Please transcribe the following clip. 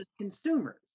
consumers